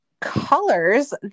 colors